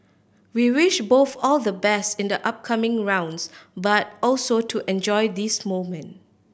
we wish both all the best in the upcoming rounds but also to enjoy this moment